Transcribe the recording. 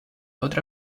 otra